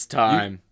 time